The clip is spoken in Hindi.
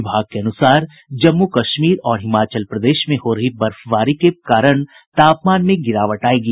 विभाग के अनुसार जम्मू कश्मीर और हिमाचल प्रदेश में हो रही बर्फबारी के कारण तापमान में गिरावट आयेगी